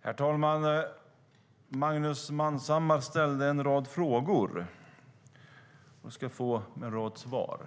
Herr talman! Magnus Manhammar ställde en rad frågor, och han ska få en rad svar.